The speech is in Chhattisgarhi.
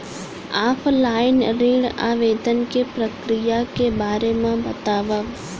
ऑफलाइन ऋण आवेदन के प्रक्रिया के बारे म बतावव?